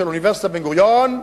של אוניברסיטת בן-גוריון,